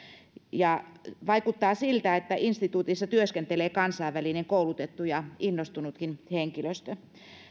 vaikuttaa siltä että instituutissa työskentelee kansainvälinen koulutettu ja innostunutkin henkilöstö